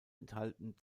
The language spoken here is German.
enthalten